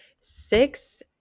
six